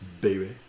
Baby